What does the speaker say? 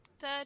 third